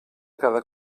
cada